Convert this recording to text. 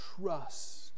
trust